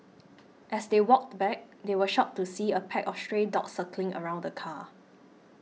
as they walked back they were shocked to see a pack of stray dogs circling around the car